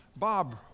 Bob